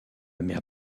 mère